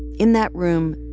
in that room,